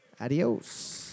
Adios